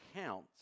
counts